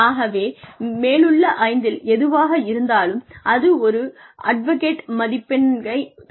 ஆகவே மேலுள்ள ஐந்தில் எதுவாக இருந்தாலும் அது ஒரு அட்வோகேட் மதிப்பெண்ணைத் தரும்